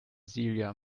silja